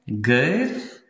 Good